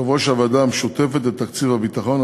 (יושב-ראש הוועדה המשותפת לתקציב הביטחון),